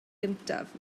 gyntaf